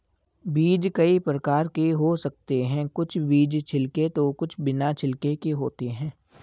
बीज कई प्रकार के हो सकते हैं कुछ बीज छिलके तो कुछ बिना छिलके के होते हैं